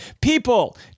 People